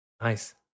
Nice